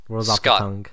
Scott